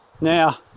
Now